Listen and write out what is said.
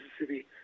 Mississippi